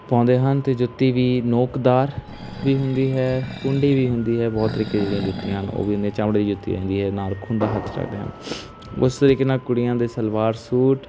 ਪਾਉਂਦੇ ਹਨ ਅਤੇ ਜੁੱਤੀ ਵੀ ਨੋਕਦਾਰ ਵੀ ਹੁੰਦੀ ਹੈ ਕੁੰਡੀ ਵੀ ਹੁੰਦੀ ਹੈ ਬਹੁਤ ਤਰੀਕੇ ਦੀਆਂ ਜਿਹੜੀਆਂ ਜੁੱਤੀਆਂ ਹਨ ਉਹ ਵੀ ਹੁੰਦੇ ਚਮੜੇ ਦੀ ਜੁੱਤੀ ਵੀ ਹੁੰਦੀ ਹੈ ਨਾਲ ਖੁੰਡਾ ਹੱਥ 'ਚ ਰੱਖਦੇ ਹਨ ਉਸ ਤਰੀਕੇ ਨਾਲ ਕੁੜੀਆਂ ਦੇ ਸਲਵਾਰ ਸੂਟ